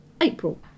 April